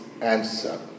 answer